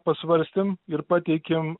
pasvarstėm ir pateikėm